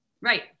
right